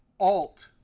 alt,